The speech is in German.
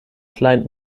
client